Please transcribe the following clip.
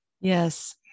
Yes